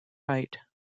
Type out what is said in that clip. right